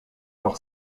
par